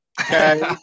Okay